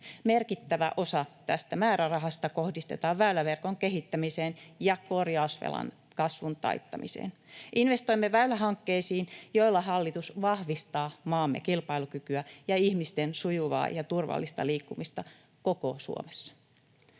Merkittävä osa tästä määrärahasta kohdistetaan väyläverkon kehittämiseen ja korjausvelan kasvun taittamiseen. Investoimme väylähankkeisiin, joilla hallitus vahvistaa maamme kilpailukykyä ja ihmisten sujuvaa ja turvallista liikkumista koko Suomessa.